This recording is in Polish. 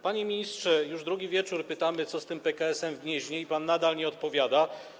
Panie ministrze, już drugi wieczór pytamy, co z tym PKS-em w Gnieźnie i pan nadal nie odpowiada.